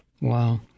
Wow